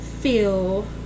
feel